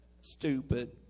stupid